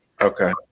Okay